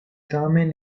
tamen